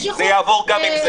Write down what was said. צודקת, זה יעבור גם עם זה.